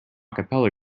capella